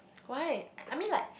why I mean like